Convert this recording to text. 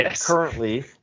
currently